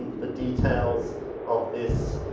the details of this